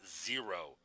zero